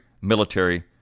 military